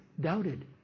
doubted